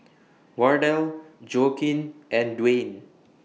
Wardell Joaquin and Dwayne